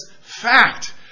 fact